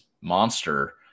monster